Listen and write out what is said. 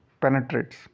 penetrates